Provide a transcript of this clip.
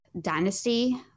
dynasty